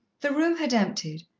the room had emptied,